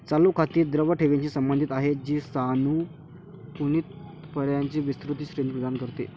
चालू खाती द्रव ठेवींशी संबंधित आहेत, जी सानुकूलित पर्यायांची विस्तृत श्रेणी प्रदान करते